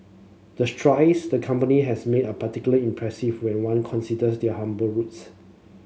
the strides the company has made are particularly impressive when one considers their humble roots